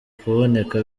kuboneka